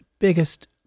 biggest